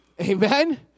Amen